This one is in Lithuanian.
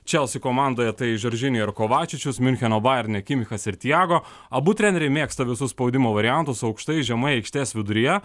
chelsea komandoje tai jorginho ir kovačičius miuncheno bajerno kimichas ir thiago abu treneriai mėgsta visus spaudimo variantus aukštai žemai aikštės viduryje